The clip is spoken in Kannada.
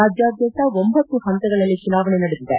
ರಾಜ್ಯಾದ್ಯಂತ ಒಂಭತ್ತು ಹಂತಗಳಲ್ಲಿ ಚುನಾವಣೆ ನಡೆದಿದೆ